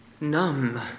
numb